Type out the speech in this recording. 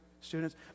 students